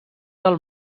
del